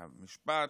היה משפט,